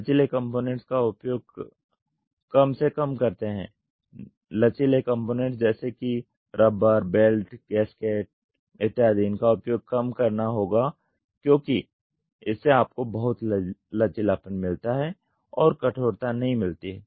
लचीले कंपोनेंट्स का उपयोग कम से कम करते है लचीले कंपोनेंट्स जैसे की रबर बेल्ट गैसकेट इत्यादि इनका उपयोग कम करना होगा क्योंकि इससे आपको बहुत लचीलापन मिलता है और कठोरता नहीं मिलती है